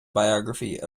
biography